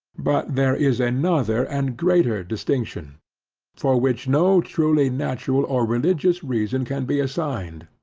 but there is another and greater distinction for which no truly natural or religious reason can be assigned,